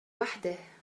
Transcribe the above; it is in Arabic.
وحده